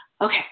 okay